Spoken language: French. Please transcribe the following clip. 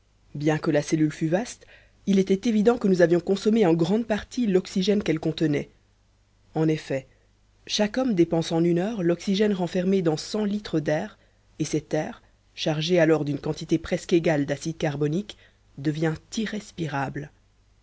bien que la cellule fût vaste il était évident que nous avions consommé en grande partie l'oxygène qu'elle contenait en effet chaque homme dépense en une heure l'oxygène renfermé dans cent litres d'air et cet air chargé alors d'une quantité presque égale d'acide carbonique devient irrespirable